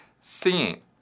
seeing